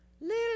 Little